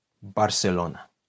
Barcelona